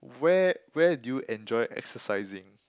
where where do you enjoy exercising